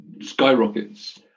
skyrockets